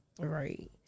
Right